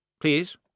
please